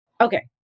Okay